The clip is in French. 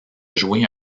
jouer